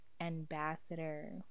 Ambassador